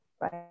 right